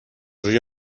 روی